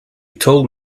told